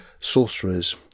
sorcerers